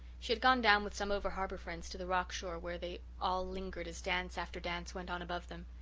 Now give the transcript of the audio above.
she had gone down with some over-harbour friends to the rock-shore where they all lingered as dance after dance went on above them.